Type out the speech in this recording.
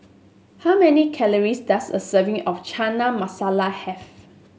how many calories does a serving of Chana Masala have